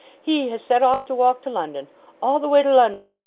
he has set off to walk to london all the way to london.